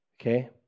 Okay